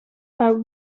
are